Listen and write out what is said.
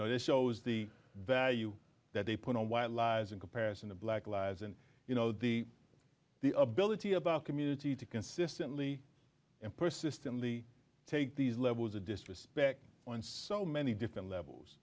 know this shows the value that they put on white lies in comparison to black lives and you know the the ability of our community to consistently and persistently take these levels of disrespect on so many different levels